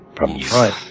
Right